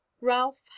Ralph